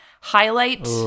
highlight